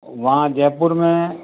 वहाँ जयपुर में